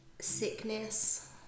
sickness